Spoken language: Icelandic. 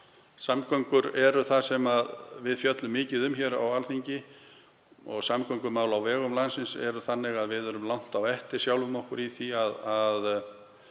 Samgöngur eru það sem við fjöllum mikið um á Alþingi og samgöngumál á vegum landsins eru þannig að við erum langt á eftir sjálfum okkur í því að